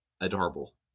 adorable